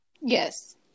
Yes